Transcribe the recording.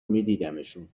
میدیدمشون